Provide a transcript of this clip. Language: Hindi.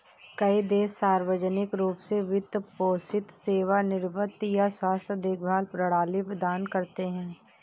कई देश सार्वजनिक रूप से वित्त पोषित सेवानिवृत्ति या स्वास्थ्य देखभाल प्रणाली प्रदान करते है